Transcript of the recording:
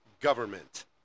government